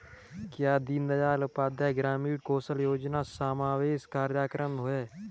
क्या दीनदयाल उपाध्याय ग्रामीण कौशल योजना समावेशी कार्यक्रम है?